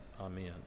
amen